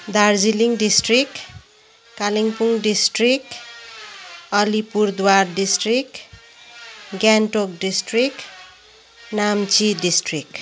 Darjeeling district Kalimpong district Alipurduar district Gangtok district Namchi district